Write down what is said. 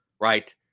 Right